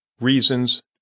reasons